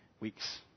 weeks